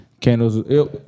Candles